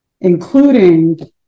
including